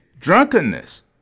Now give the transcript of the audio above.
drunkenness